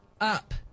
up